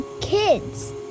kids